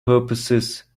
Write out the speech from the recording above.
purposes